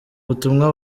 butumwa